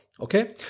okay